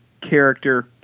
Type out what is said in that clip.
character